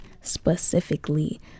specifically